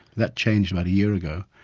that changed about a year ago.